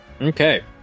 Okay